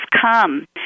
come